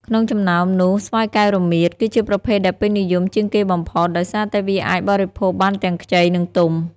ក្នុងចំណោមនោះ ស្វាយកែវរមៀត គឺជាប្រភេទដែលពេញនិយមជាងគេបំផុត ដោយសារតែវាអាចបរិភោគបានទាំងខ្ចី និងទុំ។